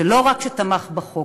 שלא רק שתמך בחוק,